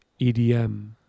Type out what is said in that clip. EDM